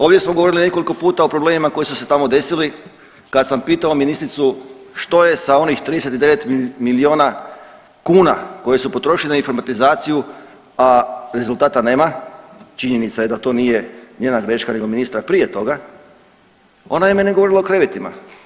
Ovdje smo govorili nekoliko puta o problemima koji su se tamo desili, kad sam pitao ministricu što je sa onih 39 milijuna kuna koje su potrošene na informatizaciju, a rezultata nema, činjenica je da to nije njena greška nego ministra prije toga, ona je meni govorila o krevetima.